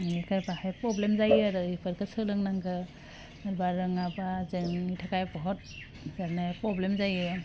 बेनिखाय बाहाय प्रब्लेम जायो आरो बिफोरखौ सोलोंनांगौ एबा रोङाबा जोंनि थाखाय बहुद बेरायनाया प्रब्लेम जायो